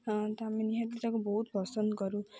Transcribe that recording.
ତ ଆମେ ନିହାତି ତାକୁ ବହୁତ ପସନ୍ଦ କରୁ